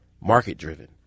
market-driven